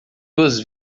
duas